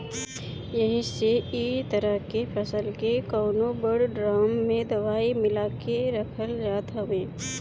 एही से इ तरह के फसल के कवनो बड़ ड्राम में दवाई मिला के रखल जात हवे